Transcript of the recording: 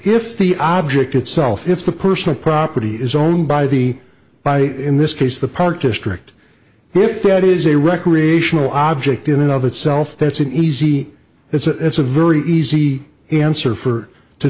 if the object itself if the personal property is owned by the by in this case the park district if that is a recreational object in and of itself that's an easy it's a very easy answer for to